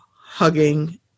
hugging